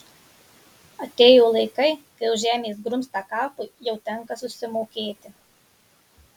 atėjo laikai kai už žemės grumstą kapui jau tenka susimokėti